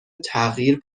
تغییر